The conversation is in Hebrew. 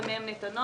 למי הן ניתנות?